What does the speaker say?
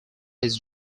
his